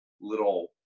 little